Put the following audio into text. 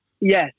Yes